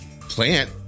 plant